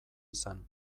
izan